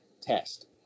test